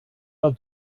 del